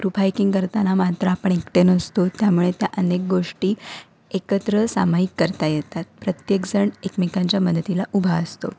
group hiking करताना मात्र आपण एकटे नसतो त्यामुळे त्या अनेक गोष्टी एकत्र सामायिक करता येतात प्रत्येकजण एकमेकांच्या मदतीला उभा असतो